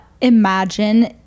imagine